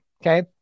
Okay